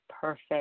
perfect